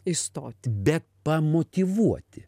išstoti bet pamotyvuoti